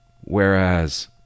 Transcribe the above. Whereas